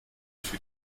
für